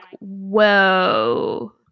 whoa